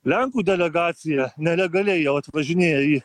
lenkų delegacija nelegaliai jau atvažinėja į